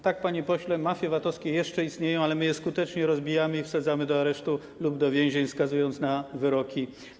Tak, panie pośle, mafie VAT-owskie jeszcze istnieją, ale my je skutecznie rozbijamy i wsadzamy do aresztu lub do więzień skazującymi wyrokami.